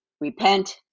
repent